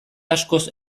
askoz